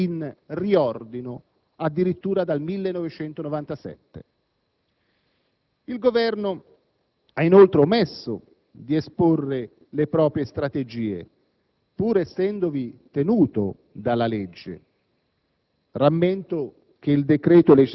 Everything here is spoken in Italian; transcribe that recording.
la quale - lo ricordo - è in «riordino» addirittura dal 1997. Il Governo ha inoltre omesso di esporre le proprie strategie, pur essendovi tenuto dalla legge.